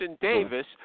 Davis